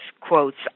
quotes